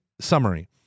summary